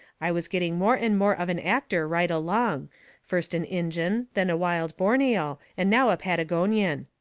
i was getting more and more of an actor right along first an injun, then a wild borneo, and now a patagonian.